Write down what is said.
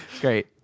Great